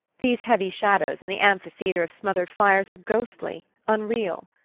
these heavy shadows and the amphitheatre of smothered fires are ghostly, unreal.